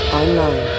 online